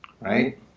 right